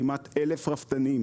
כמעט 1,000 רפתנים,